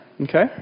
okay